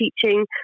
teaching